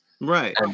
Right